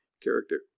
character